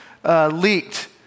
Leaked